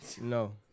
No